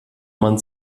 man